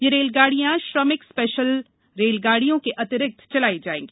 ये रेलगाडियां श्रमिक स्पेशल रेलगाडियों के अतिरिक्त चलाई जायेंगी